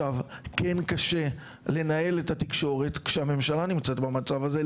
כן קשה לנהל את התקשורת כשהממשלה נמצאת במצב הזה.